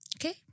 okay